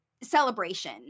celebration